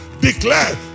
declare